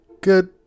good